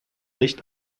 nicht